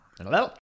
hello